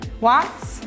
watts